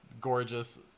Gorgeous